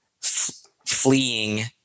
fleeing